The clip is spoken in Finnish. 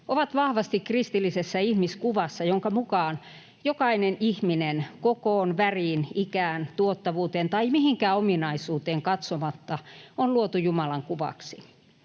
ovat vahvasti kristillisessä ihmiskuvassa, jonka mukaan jokainen ihminen kokoon, väriin, ikään, tuottavuuteen tai mihinkään ominaisuuteen katsomatta on luotu Jumalan kuvaksi.